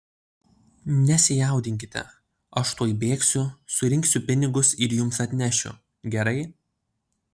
nesijaudinkite aš tuoj bėgsiu surinksiu pinigus ir jums atnešiu gerai